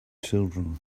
children